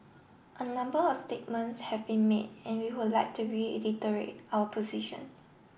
a number of statements have been made and we would like to reiterate our position